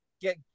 get